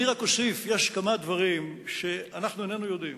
אני רק אוסיף, יש כמה דברים שאנחנו איננו יודעים